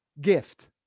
gift